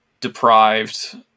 deprived